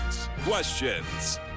questions